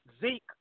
Zeke